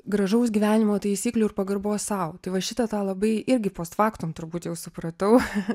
gražaus gyvenimo taisyklių ir pagarbos sau tai va šitą tą labai irgi post faktum turbūt jau supratau